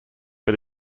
but